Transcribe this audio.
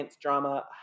drama